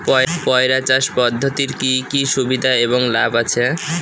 পয়রা চাষ পদ্ধতির কি কি সুবিধা এবং লাভ আছে?